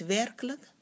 werkelijk